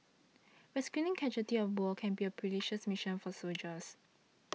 rescuing casualties of war can be a perilous mission for soldiers